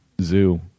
Zoo